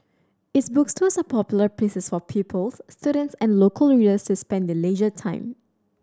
its bookstores are popular pieces for pupils students and local readers to spend their leisure time